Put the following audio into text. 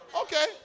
Okay